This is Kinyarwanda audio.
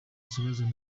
kibazo